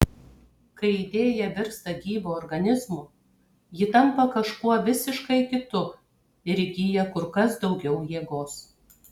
kai idėja virsta gyvu organizmu ji tampa kažkuo visiškai kitu ir įgyja kur kas daugiau jėgos